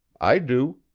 i do.